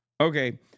okay